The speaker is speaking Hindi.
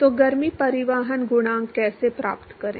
तो गर्मी परिवहन गुणांक कैसे प्राप्त करें